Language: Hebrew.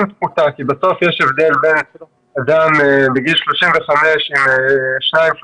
פחותה כי בסוף יש הבדל בין אדם בן 35 עם שניים או